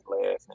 laughing